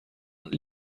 und